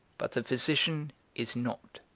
but the physician is not